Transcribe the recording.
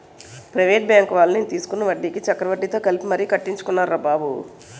private బాంకువాళ్ళు నేను తీసుకున్న వడ్డీకి చక్రవడ్డీతో కలిపి మరీ కట్టించుకున్నారురా బాబు